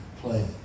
play